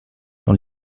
dans